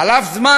חלף זמן,